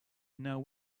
now